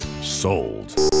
Sold